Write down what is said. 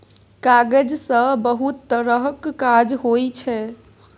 कागज सँ बहुत तरहक काज होइ छै